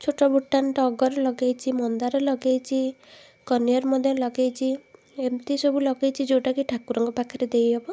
ଛୋଟ ଭୁଟାନ ଟଗର ଲଗେଇଛି ମନ୍ଦାର ଲଗେଇଛି କନିଅର ମନ୍ଦାର ଲଗେଇଛି ଏମତି ସବୁ ଲଗେଇଛି ଯେଉଁଟାକି ଠାକୁରଙ୍କ ପାଖରେ ଦେଇ ହେବ